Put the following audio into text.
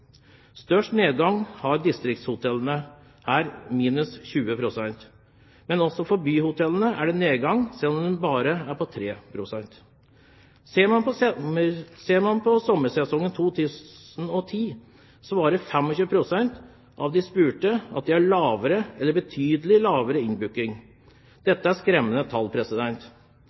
Størst nedgang har distriktshotellene, med minus 20 pst. Men også byhotellene har en nedgang, selv om den bare er på 3 pst. Ser man på sommersesongen 2010, svarer 25 pst. av de spurte at de har lavere eller betydelig lavere innbooking. Dette er skremmende tall.